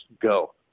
go